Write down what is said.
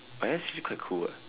but that's actually quite cool eh